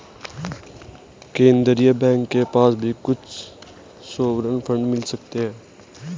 केन्द्रीय बैंक के पास भी कुछ सॉवरेन फंड मिल सकते हैं